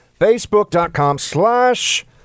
Facebook.com/slash